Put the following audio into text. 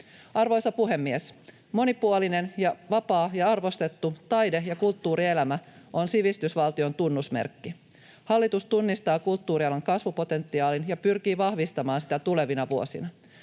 Arvoisa puhemies! Monipuolinen, vapaa ja arvostettu taide- ja kulttuurielämä on sivistysvaltion tunnusmerkki. Hallitus tunnistaa kulttuurialan kasvupotentiaalin ja pyrkii vahvistamaan sitä tulevina vuosina.